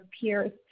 peers